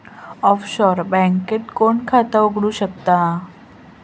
Offshore बँकेत कोण खाता उघडु शकता?